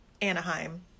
Anaheim